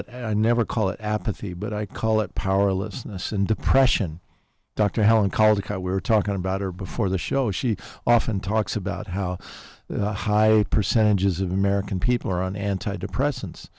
it i never call it apathy but i call it powerlessness and depression dr helen caldicott we were talking about her before the show she often talks about how high percentages of american people are on antidepressants